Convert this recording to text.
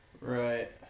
Right